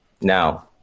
Now